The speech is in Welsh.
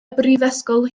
brifysgol